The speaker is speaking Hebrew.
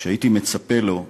שהייתי מצפה לו,